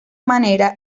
manera